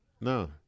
No